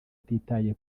atitaye